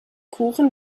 kuchen